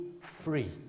free